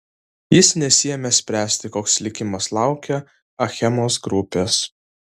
jis nesiėmė spręsti koks likimas laukia achemos grupės